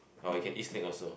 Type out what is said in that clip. or you can eat snake also